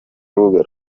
urubuga